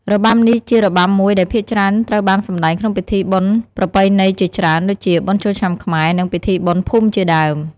របាំនេះជារបាំមួយដែលភាគច្រើនត្រូវបានសម្តែងក្នុងពិធីបុណ្យប្រពៃណីជាច្រើន ដូចជា បុណ្យចូលឆ្នាំខ្មែរ និងពិធីបុណ្យភូមិជាដើម។